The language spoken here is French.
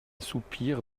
soupir